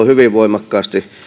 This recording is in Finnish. hyvin voimakkaasti